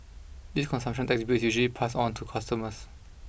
this consumption tax bill is usually passed on to customers